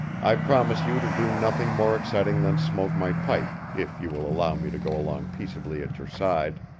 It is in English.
i promise you to do nothing more exciting than smoke my pipe if you will allow me to go along peaceably at your side.